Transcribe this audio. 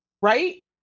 right